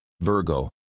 Virgo